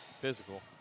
Physical